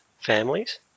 families